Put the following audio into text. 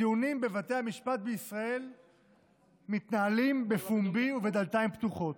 הדיונים בבתי המשפט בישראל מתנהלים בפומבי ובדלתיים פתוחות,